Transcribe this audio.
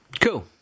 cool